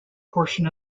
portion